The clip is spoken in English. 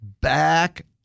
back